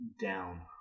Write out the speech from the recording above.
down